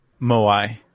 Moai